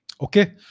Okay